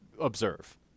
observe